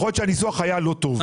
יכול להיות שהניסוח היה לא טוב.